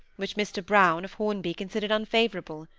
which mr brown, of hornby, considered unfavourable.